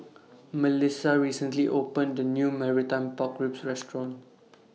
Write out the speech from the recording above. Melissia recently opened The New Marmite Pork Ribs Restaurant